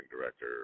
director